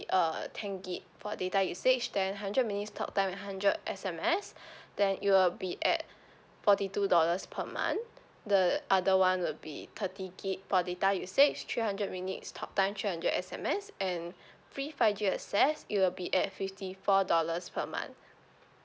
uh ten gig for data usage then hundred minutes talk time and hundred S_M_S then it will be at forty two dollars per month the other one will be thirty gig for data usage three hundred minutes talk time three hundred S_M_S and free five G access it will be at fifty four dollars per month